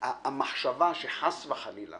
המחשבה שחס וחלילה